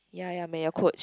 ya ya may I coach